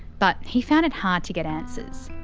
but he found it hard to get answers.